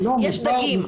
יש חיים.